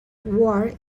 wars